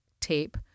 tape